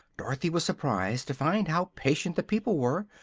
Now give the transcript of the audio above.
dorothy was surprised to find how patient the people were,